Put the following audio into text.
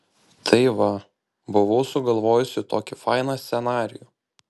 tai va buvau sugalvojusi tokį fainą scenarijų